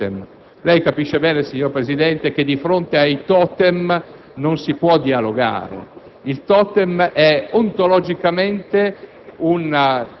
per noi l'aggettivo «esclusivo» è un *totem*. Lei capisce bene, signor Presidente, che di fronte ai *totem*, non si può dialogare: